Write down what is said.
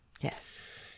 Yes